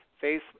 face